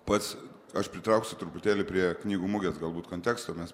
pats aš pritrauksiu truputėlį prie knygų mugės galbūt konteksto nes